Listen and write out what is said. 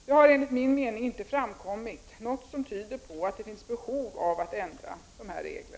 Det har enligt min mening inte framkommit något som tyder på att det finns behov av att ändra dessa regler.